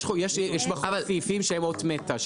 יש בחוק סעיפים שהם אות מתה,